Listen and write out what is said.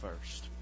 first